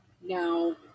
Now